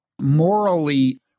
morally